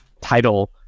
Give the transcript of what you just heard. title